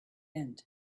end